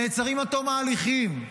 נעצרים עד תום ההליכים,